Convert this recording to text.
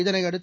இதனையடுத்து